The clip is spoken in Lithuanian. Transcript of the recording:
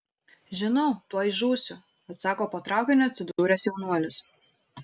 žinau tuoj žūsiu atsako po traukiniu atsidūręs jaunuolis